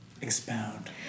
Expound